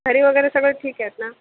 घरी वगैरे सगळे ठीक आहेत ना